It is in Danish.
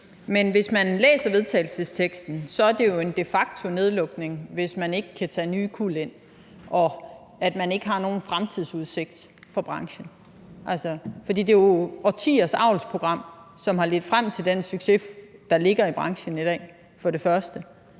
men hvis man læser forslaget til vedtagelse, er det jo en de facto nedlukning, hvis man ikke kan tage nye kuld ind og man ikke har nogen fremtidsudsigter for branchen. For det er jo årtiers avlsprogram, som har ledt frem til den succes, der ligger i branchen i dag. Og det er